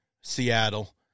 Seattle